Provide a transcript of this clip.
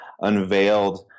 unveiled